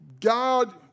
God